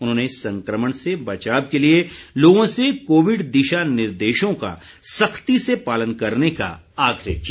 उन्होंने संक्रमण से बचाव के लिए लोगों से कोविड दिशा निर्देशों का सख्ती से पालन करने का आग्रह किया